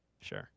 Sure